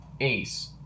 ace